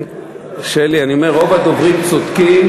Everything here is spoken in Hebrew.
שלי, אני אומר: רוב הדוברים צודקים.